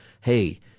hey